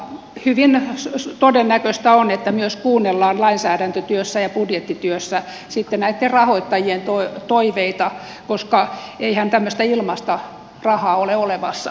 hyvin todennäköistä on että myös kuunnellaan lainsäädäntötyössä ja budjettityössä sitten näitten rahoittajien toiveita koska eihän tämmöistä ilmaista rahaa ole olemassakaan